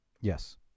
Yes